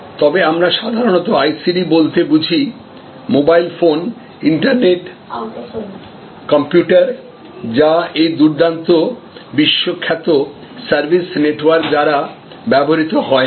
তবে আমরা সাধারণত আইসিটি বলতে বুঝি মোবাইল ফোন ইন্টারনেট কম্পিউটার যা এই দুর্দান্ত বিশ্বখ্যাত সার্ভিস নেটওয়ার্ক দ্বারা ব্যবহৃত হয় না